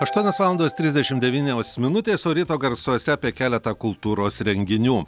aštuonios valandos trisdešim devynios minutės o ryto garsuose apie keletą kultūros renginių